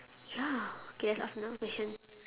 ya okay let's ask another question